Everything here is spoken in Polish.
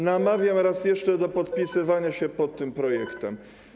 Namawiam raz jeszcze do podpisywania się pod tym projektem.